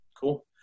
Cool